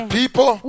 people